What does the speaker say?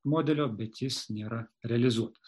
modelio bet jis nėra realizuotas